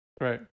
Right